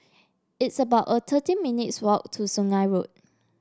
it's about a thirteen minutes' walk to Sungei Road